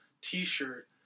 T-shirt